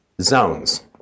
zones